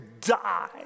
die